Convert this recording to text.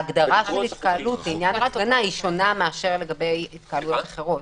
ההגדרה של התקהלות בהפגנה היא שונה לעומת התקהלויות אחרות.